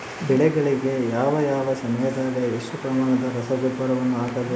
ಬೆಳೆಗಳಿಗೆ ಯಾವ ಯಾವ ಸಮಯದಾಗ ಎಷ್ಟು ಪ್ರಮಾಣದ ರಸಗೊಬ್ಬರವನ್ನು ಹಾಕಬೇಕು?